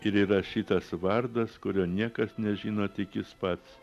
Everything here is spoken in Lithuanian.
ir įrašytas vardas kurio niekas nežino tik jis pats